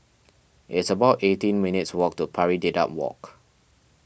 it's about eighteen minutes' walk to Pari Dedap Walk